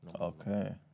Okay